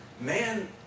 man